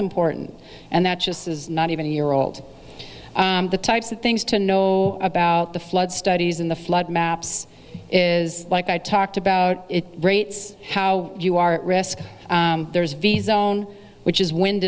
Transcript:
important and that just is not even a year old the types of things to know about the flood studies in the flood maps is like i talked about it rates how you are at risk there's ves own which is wind